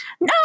No